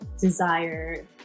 desire